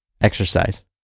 Exercise